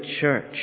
church